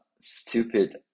stupid